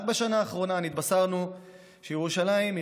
רק בשנה האחרונה התבשרנו שירושלים היא